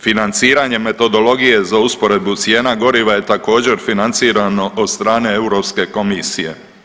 Financiranje metodologije za usporedbu cijena goriva je također financirano od strane Europske komisije.